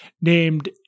named